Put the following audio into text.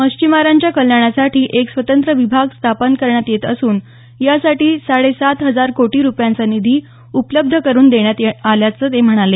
मच्छीमारांच्या कल्याणासाठी एक स्वतंत्र विभाग स्थापन करण्यात येत असून यासाठी साडे सात हजार कोटी रुपयांचा निधी उपलब्ध करून देण्यात आला असल्याचं ते म्हणाले